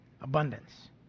abundance